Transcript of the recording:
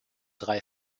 drei